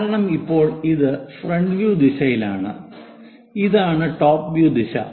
കാരണം ഇപ്പോൾ ഇത് ഫ്രണ്ട് വ്യൂ ദിശയിലാണ് ഇതാണ് ടോപ്പ് വ്യൂ ദിശ